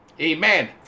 Amen